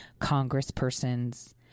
congresspersons